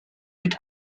mit